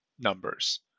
numbers